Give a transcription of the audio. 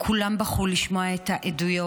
כולם בכו לשמע העדויות,